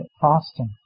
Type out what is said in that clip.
fasting